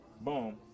Boom